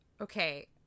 Okay